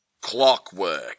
clockwork